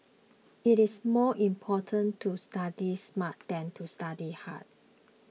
it is more important to study smart than to study hard